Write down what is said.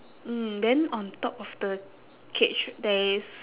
mm then on top of the cage there is